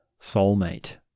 soulmate